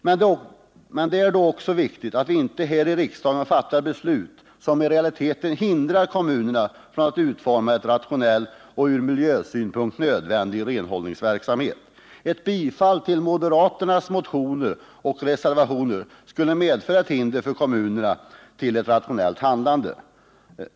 Men det är då också viktigt att vi inte här i riksdagen fattar beslut som i realiteten hindrar kommunerna från att utforma en rationell och från miljösynpunkt nödvändig renhållningsverksamhet. Ett bifall till moderaternas motioner och reservationer skulle medföra ett hinder för kommunerna till ett rationellt handlande.